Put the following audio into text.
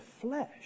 flesh